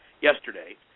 yesterday